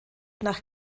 nach